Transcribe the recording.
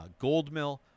Goldmill